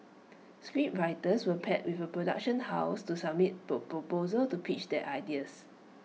scriptwriters were paired with A production house to submit proposal to pitch their ideas